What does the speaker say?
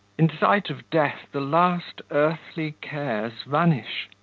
in sight of death the last earthly cares vanish.